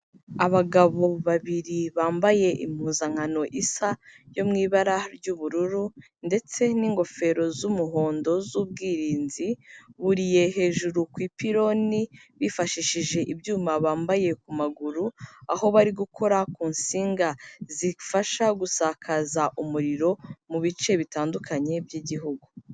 Abagabo babiri bambaye impuzankano isa yo mu ibara ry'ubururu ndetse n'ingofero z'umuhondo z'ubwirinzi, buriye hejuru kupiironi bifashishije ibyuma bambaye ku maguru, aho bari gukora ku nsinga zifasha gusakaza umuriro mu bice bitandukanye by'igihugu.